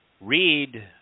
Read